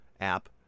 app